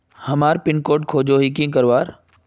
हमार pin code खोजोही की करवार?